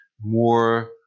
more